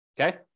okay